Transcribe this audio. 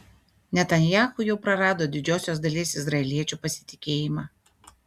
netanyahu jau prarado didžiosios dalies izraeliečių pasitikėjimą